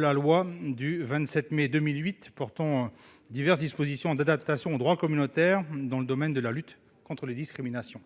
part, la loi du 27 mai 2008 portant diverses dispositions d'adaptation au droit communautaire dans le domaine de la lutte contre les discriminations.